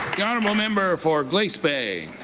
the honourable member for glace bay.